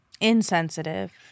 Insensitive